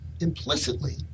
implicitly